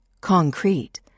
Concrete